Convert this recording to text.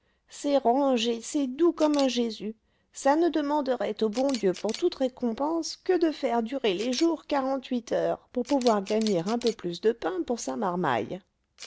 c'est rangé c'est doux comme un jésus ça ne demanderait au bon dieu pour toute récompense que de faire durer les jours quarante-huit heures pour pouvoir gagner un peu plus de pain pour sa marmaille